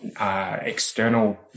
external